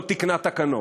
לא תיקנה תקנות.